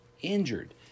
injured